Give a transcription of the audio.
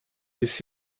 this